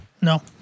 No